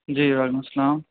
جی وعلیکم السّلام